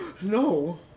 No